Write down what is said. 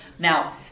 Now